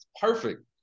perfect